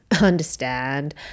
understand